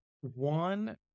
one